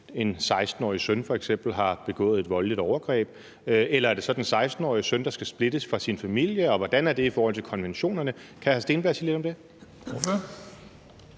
en 16-årig søn f.eks. har begået et voldeligt overgreb? Eller er det så den 16-årige søn, der skal splittes fra sin familie, og hvordan er det i forhold til konventionerne? Kan hr. Andreas Steenberg sige noget om det?